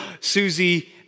Susie